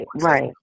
right